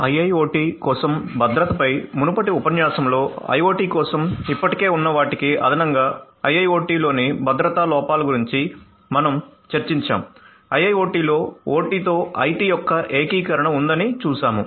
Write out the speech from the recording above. IIoT కోసం భద్రతపై మునుపటి ఉపన్యాసంలో IoT కోసం ఇప్పటికే ఉన్న వాటికి అదనంగా IIoT లోని భద్రతా లోపాల గురించి మనం చర్చించాము IIoT లో OT తో IT యొక్క ఏకీకరణ ఉందనిచూశాము